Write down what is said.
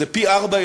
וזה פי-ארבעה,